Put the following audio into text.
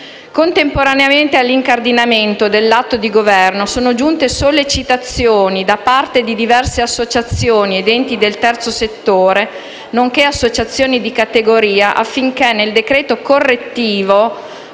Contemporaneamente all'incardinamento dell'Atto del Governo sono giunte sollecitazioni da parte di diverse associazioni ed enti del terzo settore, nonché associazioni di categoria, affinché nel decreto correttivo